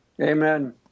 Amen